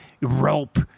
rope